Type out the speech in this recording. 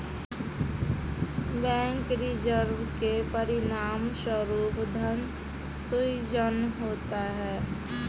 bank reserve के परिणामस्वरूप धन सृजन होता है